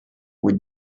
were